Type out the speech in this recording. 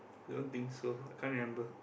don't think so can't remember